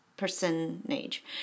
Personage